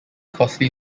costly